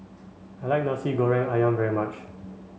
I like Nasi goreng Ayam very much